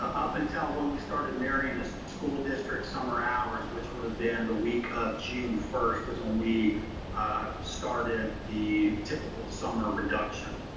up until when we started mirroring the school district summer hours, which would have been the week of june first is when we started the typical summer reduction.